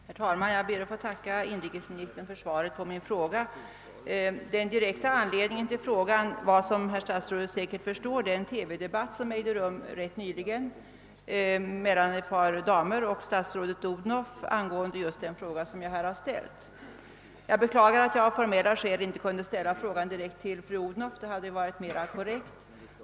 Herr talman! Jag ber att få tacka inrikesministern för svaret på min fråga. Den direkta anledningen till frågan var, som statsrådet säkert förstår, den TV-debatt som ägde rum ganska nyligen mellan ett par damer och statsrådet fru Odhnoff angående den fråga som jag har ställt. Jag beklagar att jag av formella skäl inte kunde rikta min fråga direkt till statsrådet fru Odhnoff, vilket hade varit mera korrekt.